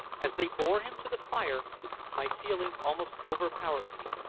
as they bore him to the fire my feelings almost overpowered me.